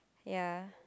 ya